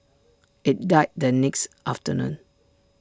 IT died the next afternoon